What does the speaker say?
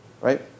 right